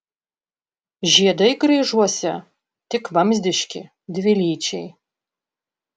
žiedai graižuose tik vamzdiški dvilyčiai